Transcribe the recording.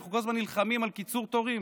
אנחנו כל הזמן נלחמים על קיצור תורים,